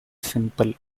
simple